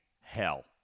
hell